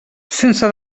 sense